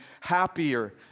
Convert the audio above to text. happier